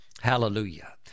Hallelujah